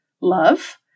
love